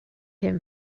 him